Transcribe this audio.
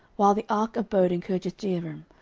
while the ark abode in kirjathjearim,